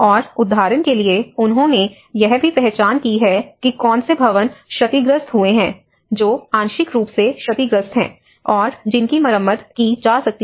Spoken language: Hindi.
और उदाहरण के लिए उन्होंने यह भी पहचान की है कि कौन से भवन क्षतिग्रस्त हुए हैं जो आंशिक रूप से क्षतिग्रस्त हैं और जिनकी मरम्मत की जा सकती है